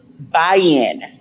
buy-in